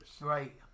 Right